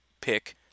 pick